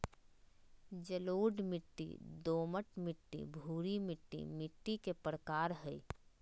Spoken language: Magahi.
जलोढ़ मिट्टी, दोमट मिट्टी, भूरी मिट्टी मिट्टी के प्रकार हय